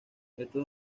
estos